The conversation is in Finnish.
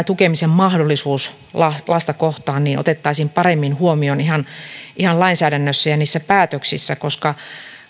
tukemisen mahdollisuus lasta kohtaan otettaisiin paremmin huomioon ihan ihan lainsäädännössä ja niissä päätöksissä koska